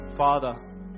Father